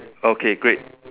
okay great